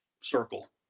circle